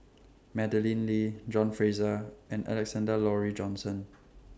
Madeleine Lee John Fraser and Alexander Laurie Johnston